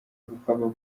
bukaba